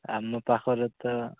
ଆମ ପାଖରେ ତ